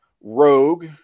rogue